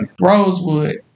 Rosewood